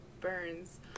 Burns